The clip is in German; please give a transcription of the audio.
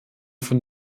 von